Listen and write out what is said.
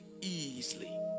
easily